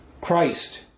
Christ